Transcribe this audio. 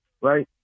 right